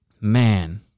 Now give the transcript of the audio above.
man